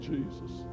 Jesus